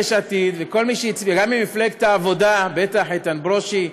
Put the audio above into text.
גם ממפלגת העבודה, בטח, איתן ברושי,